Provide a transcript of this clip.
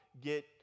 get